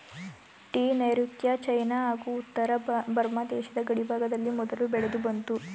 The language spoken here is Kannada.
ಟೀ ನೈರುತ್ಯ ಚೈನಾ ಹಾಗೂ ಉತ್ತರ ಬರ್ಮ ದೇಶದ ಗಡಿಭಾಗದಲ್ಲಿ ಮೊದಲು ಬೆಳೆದುಬಂತು